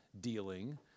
dealing